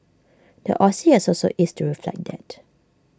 the Aussie has also eased to reflect that